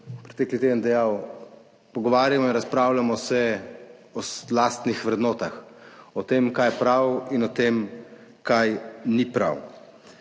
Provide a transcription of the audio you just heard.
že pretekli teden dejal, pogovarjamo in razpravljamo se o lastnih vrednotah, o tem kaj je prav in o tem kaj ni prav